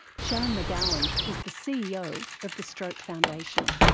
sharon mcgowan is the ceo of the stroke foundation.